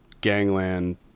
gangland